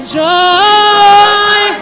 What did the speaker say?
joy